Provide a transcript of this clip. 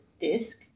disk